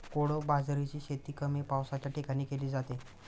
कोडो बाजरीची शेती कमी पावसाच्या ठिकाणी केली जाते